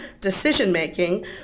decision-making